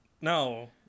no